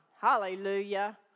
Hallelujah